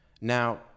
Now